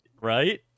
Right